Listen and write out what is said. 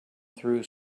through